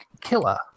killer